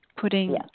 putting